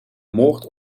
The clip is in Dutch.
moord